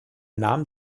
namen